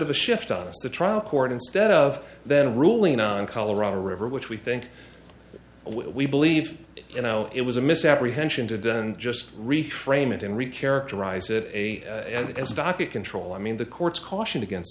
of a shift on us the trial court instead of then ruling on colorado river which we think we believe you know it was a misapprehension to just reframe it and re characterize it as docket control i mean the courts caution against